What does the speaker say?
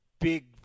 big